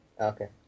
Okay